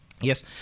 Yes